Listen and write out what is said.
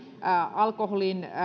alkoholin